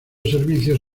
servicios